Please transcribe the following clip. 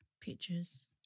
pictures